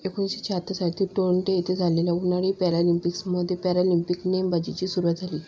एकोणीशे शहात्तरसाठी टोरंटो येथे झालेल्या उन्हाळी पॅरालिम्पिक्समध्ये पॅरालिम्पिक नेमबाजीची सुरुवात झाली